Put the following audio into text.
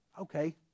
Okay